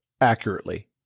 accurately